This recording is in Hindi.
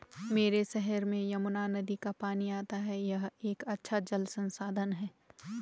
मेरे शहर में यमुना नदी का पानी आता है यह एक अच्छा जल संसाधन है